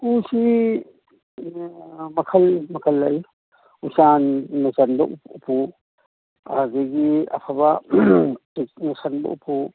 ꯎꯄꯨꯁꯤ ꯃꯈꯜ ꯃꯈꯜ ꯂꯩ ꯎꯆꯥꯟꯅ ꯆꯟꯕ ꯎꯄꯨ ꯑꯗꯒꯤ ꯑꯐꯕ ꯇꯤꯛꯅ ꯆꯟꯕ ꯎꯄꯨ